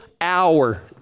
hour